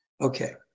Okay